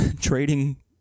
trading